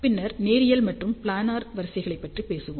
பின்னர் நேரியல் மற்றும் பிளானர் வரிசைகளைப் பற்றி பேசுவோம்